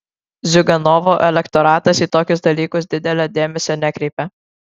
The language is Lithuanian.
ziuganovo elektoratas į tokius dalykus didelio dėmesio nekreipia